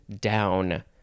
down